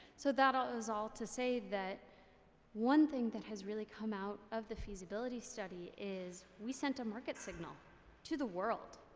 so that is all to say that one thing that has really come out of the feasibility study is we sent a market signal to the world.